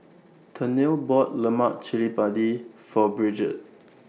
Tennille bought Lemak Cili Padi For Bridgette